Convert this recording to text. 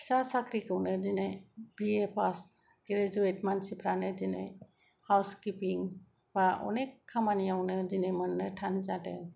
फिसा साख्रिखौनो दिनै बिए पास ग्रेजुयेट मानफ्रानो दिनै हाउस किपिं बा अनेख खामानियावो दिनै मोननो थान जादों